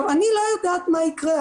אני לא יודעת מה יקרה.